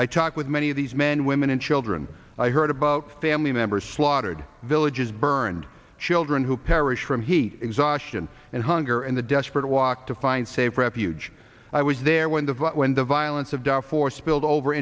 i talked with many of these men women and children i heard about family members slaughtered villages burned children who perished from heat exhaustion and hunger and the desperate walk to find safe refuge i was there when the when the violence of darfur spilled over